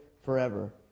forever